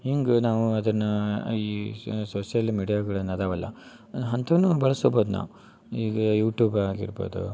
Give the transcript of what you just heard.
ಹಿಂಗೆ ನಾವು ಅದನ್ನ ಈ ಸೋಶಿಯಲ್ ಮೀಡಿಯಾಗಳು ಏನು ಅದಾವಲ್ಲ ಅಂಥವ್ನು ಬಳ್ಸಬೋದು ನಾವು ಈಗ ಯೂಟೂಬ್ ಆಗಿರ್ಬೋದು